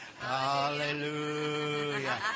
Hallelujah